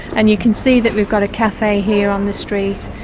and you can see that we've got a cafe here on the street,